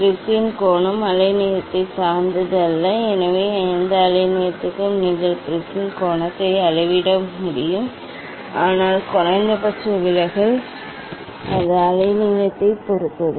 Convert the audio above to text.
ப்ரிஸின் கோணம் அலைநீளத்தை சார்ந்தது அல்ல எனவே எந்த அலைநீளத்திற்கும் நீங்கள் ப்ரிஸின் கோணத்தை அளவிட முடியும் ஆனால் குறைந்தபட்ச விலகல் அது அலைநீளத்தைப் பொறுத்தது